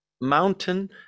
mountain